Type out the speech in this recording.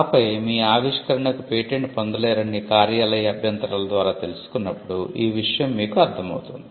ఆపై మీ ఆవిష్కరణకు పేటెంట్ పొందలేరని కార్యాలయ అభ్యంతరాల ద్వారా తెలుసుకున్నప్పుడు ఈ విషయం మీకు అర్ధం అవుతుంది